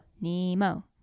Nemo